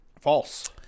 False